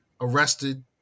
arrested